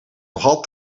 nogal